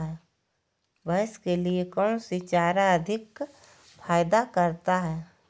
भैंस के लिए कौन सी चारा अधिक फायदा करता है?